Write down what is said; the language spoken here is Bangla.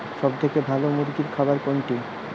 সবথেকে ভালো মুরগির খাবার কোনটি?